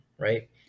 Right